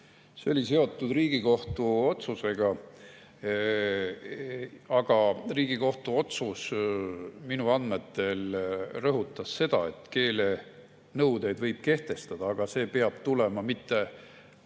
See oli seotud Riigikohtu otsusega. Aga Riigikohtu otsus minu andmetel rõhutas seda, et keelenõudeid võib kehtestada, aga see peab tulenema